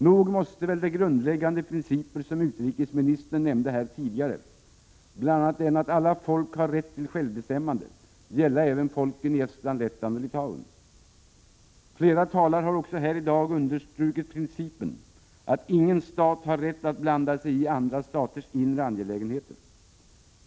Nog måste väl de grundläggande principer som utrikesministern nämnde här tidigare, bl.a. den att alla folk har rätt till självbestämmande, gälla även folket i Estland, Lettland och Litauen. Flera talare har också här i dag understrukit principen att ingen stat har rätt att blanda sig i andra staters inre angelägenheter.